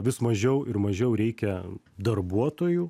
vis mažiau ir mažiau reikia darbuotojų